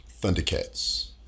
Thundercats